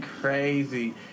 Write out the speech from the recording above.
crazy